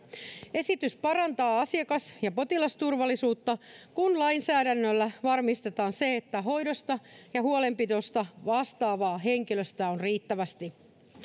esitys parantaa asiakas ja potilasturvallisuutta kun lainsäädännöllä varmistetaan se että hoidosta ja huolenpidosta vastaavaa henkilöstöä on riittävästi